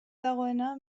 dagoena